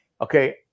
okay